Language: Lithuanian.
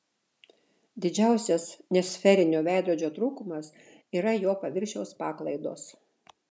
didžiausias nesferinio veidrodžio trūkumas yra jo paviršiaus paklaidos